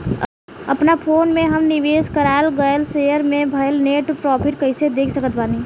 अपना फोन मे हम निवेश कराल गएल शेयर मे भएल नेट प्रॉफ़िट कइसे देख सकत बानी?